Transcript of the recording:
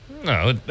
No